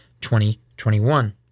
2021